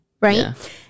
Right